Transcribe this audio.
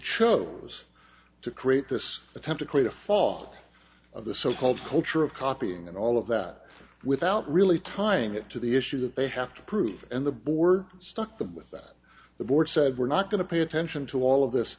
chose to create this attempt to create a fall of the so called culture of copying and all of that without really time get to the issue that they have to prove and the board stuck them with that the board said we're not going to pay attention to all of this